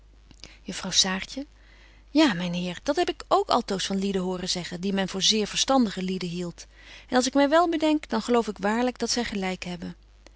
juffrouw saartje ja myn heer dat heb ik k altoos van lieden horen zeggen die men voor zeer verstandige lieden hieldt en als ik my wel bedenk dan geloof ik waarlyk dat zy gelyk hebben